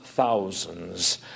thousands